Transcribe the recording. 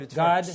God